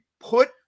put